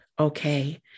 Okay